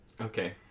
okay